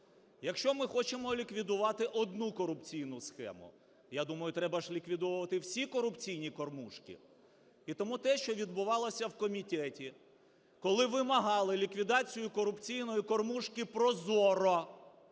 Якщо ми хочемо ліквідувати одну корупційну схему, я думаю, треба ж ліквідовувати всі корупційні кормушки. І тому те, що відбувалося в комітеті, коли вимагали ліквідацію корупційної кормушки ProZorro,